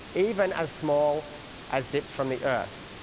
even as small as dips from the earth.